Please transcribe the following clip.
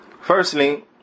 Firstly